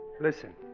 Listen